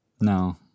No